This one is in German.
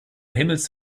himmels